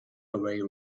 away